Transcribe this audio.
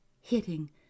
hitting